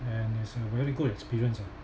and it's a really good experience ah